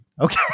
Okay